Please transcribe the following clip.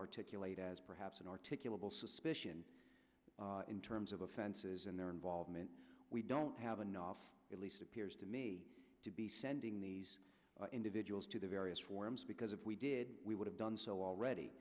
articulate as perhaps an articulable suspicion in terms of offenses and their involvement we don't have enough at least appears to me to be sending these individuals to the various forums because if we did we would have done so already